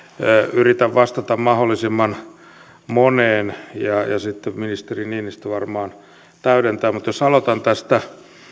yritän vastata mahdollisimman moneen ja sitten ministeri niinistö varmaan täydentää mutta jos aloitan tästä